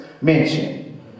mention